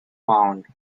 pound